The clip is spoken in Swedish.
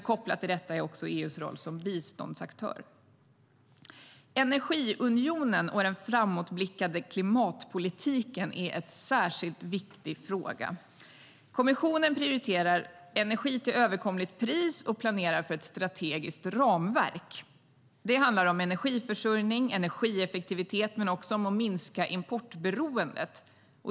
Kopplat till detta är också EU:s roll som biståndsaktör. Energiunionen och den framåtblickande klimatpolitiken är en särskilt viktig fråga. Kommissionen prioriterar energi till överkomligt pris och planerar för ett strategiskt ramverk. Det handlar om energiförsörjning, energieffektivitet och om att minska importberoendet.